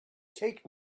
take